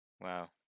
Wow